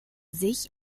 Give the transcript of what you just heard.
sich